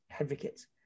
advocates